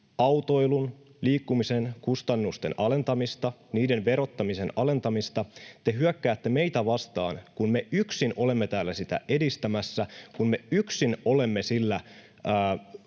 autoilun, liikkumisen, kustannusten alentamista, niiden verottamisen alentamista, te hyökkäätte meitä vastaan, kun me yksin olemme täällä sitä edistämässä, kun me yksin olemme sillä